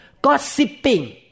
Gossiping